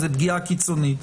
פגיעה קיצונית.